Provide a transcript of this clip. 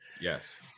Yes